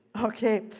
Okay